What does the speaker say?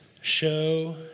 show